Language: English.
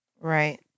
Right